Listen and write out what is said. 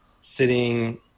sitting